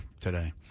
today